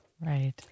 Right